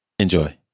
Enjoy